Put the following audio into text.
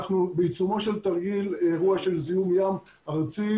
אנחנו בעיצומו של תרגיל אירוע של זיהום ים ארצי.